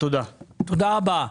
תודה רבה.